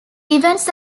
events